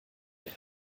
mehr